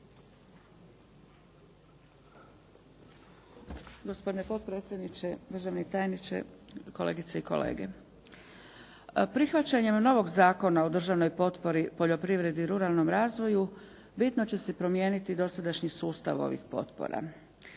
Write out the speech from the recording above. Gospodine potpredsjedniče, državni tajniče, kolegice i kolege. Prihvaćanjem novog Zakona o državnoj potpori poljoprivredi i ruralnom razvoju bitno će se promijeniti dosadašnji sustav ovih potpora